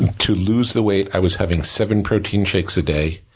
to lose the weight, i was having seven protein shakes a day,